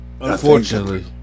unfortunately